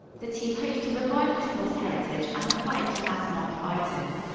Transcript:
the team hopes to revive this lost heritage and apply it to mass market items.